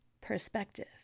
perspective